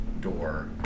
door